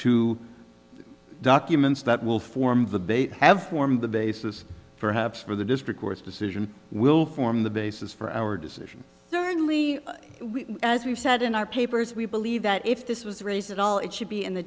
documents that will form the bait have formed the basis for haps for the district court's decision will form the basis for our decision certainly we as we've said in our papers we believe that if this was raised at all it should be in the